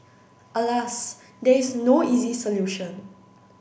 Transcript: alas there is no easy solution